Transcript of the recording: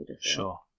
sure